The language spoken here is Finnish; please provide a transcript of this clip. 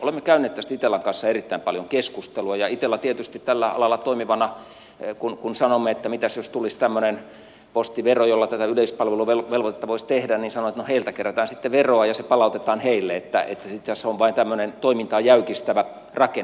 olemme käyneet tästä itellan kanssa erittäin paljon keskustelua ja itella tietysti tällä alalla toimivana kun sanomme että mitäs jos tulisi tämmöinen postivero jolla tätä yleispalveluvelvoitetta voisi tehdä sanoo että no heiltä kerätään sitten veroa ja se palautetaan heille että itse asiassa se on vain tämmöinen toimintaa jäykistävä rakenne